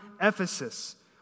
Ephesus